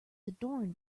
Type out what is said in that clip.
adorned